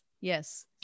Yes